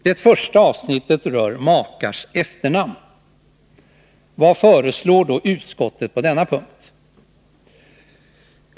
Det första avsnittet rör makars efternamn. Vad föreslår då utskottet på denna punkt?